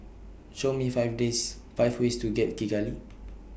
Show Me five Days five ways to get to Kigali